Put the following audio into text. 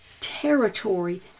territory